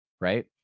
right